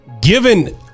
given